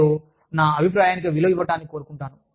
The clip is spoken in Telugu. మరియు నా అభిప్రాయానికి విలువ ఇవ్వటాన్ని కోరుకుంటాను